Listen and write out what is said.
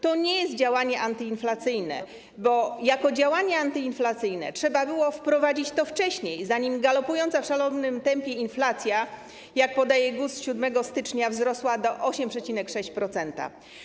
To nie jest działanie antyinflacyjne, bo jako działanie antyinflacyjne trzeba było to wprowadzić wcześniej, zanim galopująca w szalonym tempie inflacja, jak podał GUS 7 stycznia, wzrosła do 8,6%.